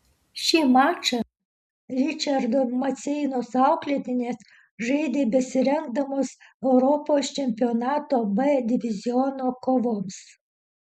šį mačą ričardo maceinos auklėtinės žaidė besirengdamos europos čempionato b diviziono kovoms